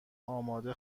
آماده